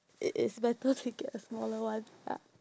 it is better to get a smaller one ya